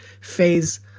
phase